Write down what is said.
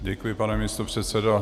Děkuji, pane místopředsedo.